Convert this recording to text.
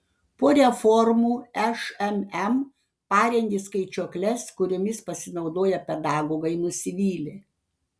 po reformų šmm parengė skaičiuokles kuriomis pasinaudoję pedagogai nusivylė